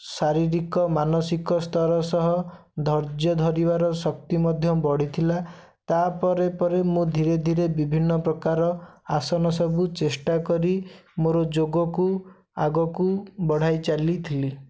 ଶାରୀରିକ ମାନସିକ ସ୍ତର ସହ ଧର୍ଯ୍ୟ ଧରିବାର ଶକ୍ତି ମଧ୍ୟ ବଢ଼ିଥିଲା ତାପରେ ପରେ ମୁଁ ଧୀରେ ଧୀରେ ବିଭିନ୍ନ ପ୍ରକାର ଆସନ ସବୁ ଚେଷ୍ଟା କରି ମୋର ଯୋଗକୁ ଆଗକୁ ବଢ଼ାଇ ଚାଲିଥିଲି